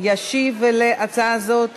ישיב על ההצעה הזאת,